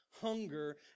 hunger